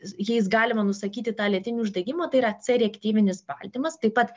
jais galima nusakyti tą lėtinį uždegimą tai yra c reaktyvinis baltymas taip pat